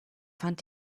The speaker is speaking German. fand